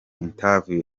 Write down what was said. interview